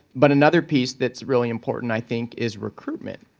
but another piece that's really important, i think, is recruitment.